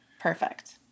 Perfect